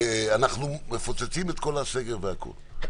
אנחנו מפוצצים את כל הסגר והכול.